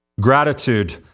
Gratitude